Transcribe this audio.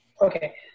Okay